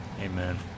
Amen